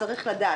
צריך לדעת,